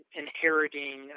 inheriting